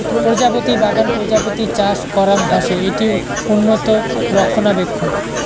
প্রজাপতি বাগান প্রজাপতি চাষ করাং হসে, এটি উন্নত রক্ষণাবেক্ষণ